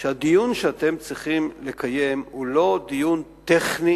שהדיון שאתם צריכים לקדם הוא לא דיון טכני